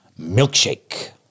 milkshake